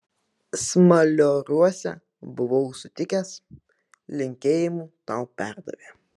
smalioriuose buvau sutikęs linkėjimų tau perdavė